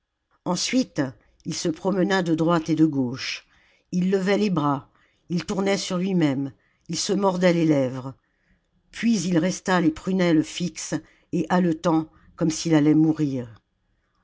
ensuite il se promena de droite et de gauche il levait les bras il tournait sur lui-même il se mordait les lèvres puis il resta les prunelles fixes et haletant comme s'il allait mourir